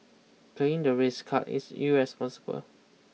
playing the race card is irresponsible